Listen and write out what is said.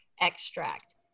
extract